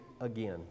again